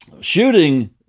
shooting